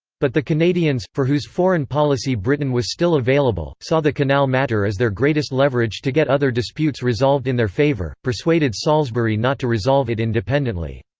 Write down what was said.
but the canadians, for whose foreign policy britain was still available, saw the canal matter as their greatest leverage to get other disputes resolved in their favor, persuaded salisbury not to resolve it independently.